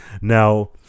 Now